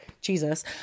Jesus